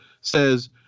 says